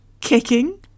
kicking